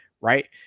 right